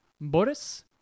Boris